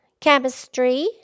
Chemistry